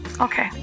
Okay